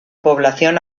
población